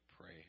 pray